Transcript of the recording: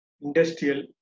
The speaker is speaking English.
industrial